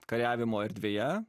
kariavimo erdvėje